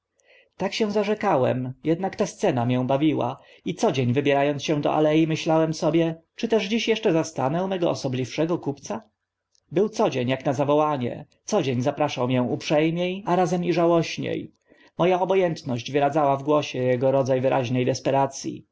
tak się zarzekałem ednak ta scena mię bawiła i co dzień wybiera ąc się do ale myślałem sobie czy też dziś eszcze zastanę mego osobliwszego kupca był co dzień ak na zawołanie co dzień zapraszał mię uprze mie a razem i żałośnie mo a obo ętność wyradzała w głosie ego rodza wyraźne desperac